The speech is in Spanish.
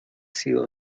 sido